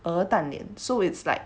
鹅蛋脸 so it's like